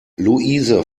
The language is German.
luise